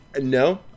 No